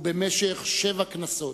ובמשך שבע כנסות.